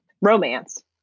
romance